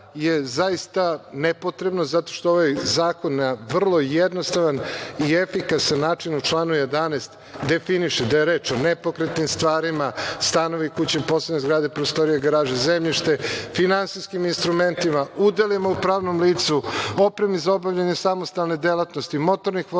je zaista nepotrebno zato što ovaj zakon na vrlo jednostavan i efikasan način u članu 11. definiše da je reč o nepokretnim stvarima, stanovi, kuće, poslovne zgrade, prostorije, garaže, zemljište, finansijskim instrumentima, udelima u pravnom licu, opremi za obavljanje samostalne delatnosti, motornih vozila,